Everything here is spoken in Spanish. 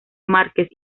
márquez